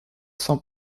sans